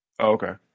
Okay